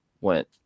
went